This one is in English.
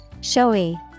Showy